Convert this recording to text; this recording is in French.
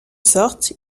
sorte